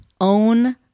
own